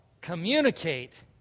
communicate